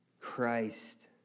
Christ